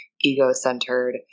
ego-centered